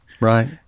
Right